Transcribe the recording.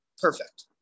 perfect